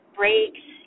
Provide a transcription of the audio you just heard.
breaks